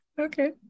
okay